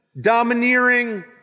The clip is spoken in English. domineering